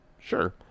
sure